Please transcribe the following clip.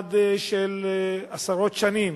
במוסד שקיים עשרות שנים.